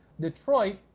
Detroit